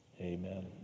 Amen